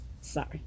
Sorry